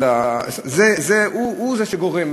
הוא זה שגורם,